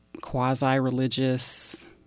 quasi-religious